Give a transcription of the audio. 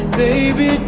baby